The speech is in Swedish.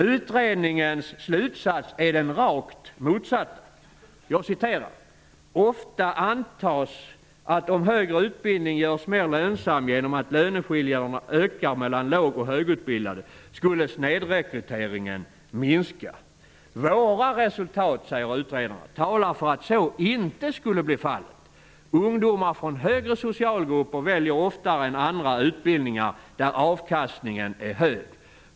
Utredningens slutsats är den rakt motsatta: ''Ofta antas att om högre utbildning görs mer lönsam genom att löneskillnaderna ökar mellan låg och högutbildade skulle snedrekryteringen minska. Våra resultat talar för att så inte skulle bli fallet -- ungdomar från högre socialgrupper väljer oftare än andra utbildningar där avkastningen är hög.